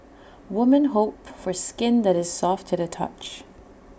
women hope for skin that is soft to the touch